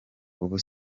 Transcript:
ubu